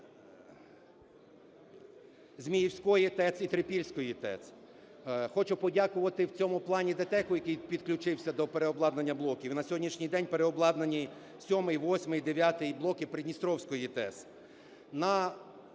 Зміївської ТЕС і Трипільської ТЕС. Хочу подякувати в цьому плані ДТЕКу, який підключився до переобладнання блоків, і на сьогоднішній день переобладнані сьомий, восьмий, дев'ятий блоки Придністровської ТЕС.